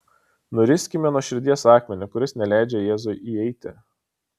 nuriskime nuo širdies akmenį kuris neleidžia jėzui įeiti